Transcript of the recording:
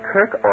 Kirk